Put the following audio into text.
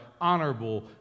honorable